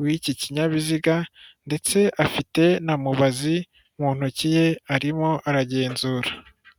w'iki kinyabiziga ndetse afite na mubazi mu ntoki ye arimo aragenzura.